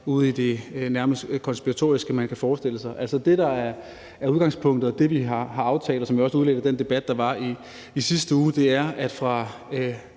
ude i det nærmest konspiratoriske, altså de ting, man forestiller sig det. Det, der er udgangspunktet, og det, vi har aftalt, og som jo også udløb af den debat, der var i sidste uge, er, at fra